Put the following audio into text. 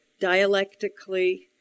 dialectically